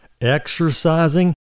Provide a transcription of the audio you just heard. exercising